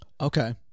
okay